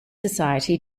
society